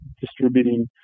distributing